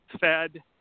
fed